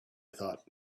thought